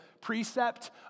precept